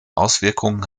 auswirkung